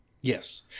Yes